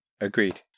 Agreed